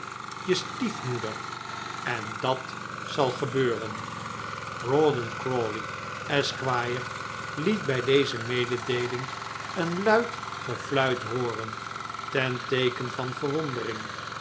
je stiefmoeder en dat zal gebeuren rawdon crawley esquire liet bij deze mededeeling een luid gefluit hooren ten teeken van verwondering